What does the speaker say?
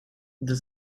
the